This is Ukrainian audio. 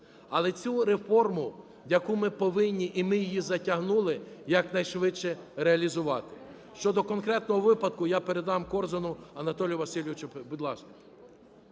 Але цю реформу, яку ми повинні, і ми її затягнули, якнайшвидше реалізувати. Щодо конкретного випадку я передам Корзуну Анатолію Васильовичу. Будь ласка.